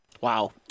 Wow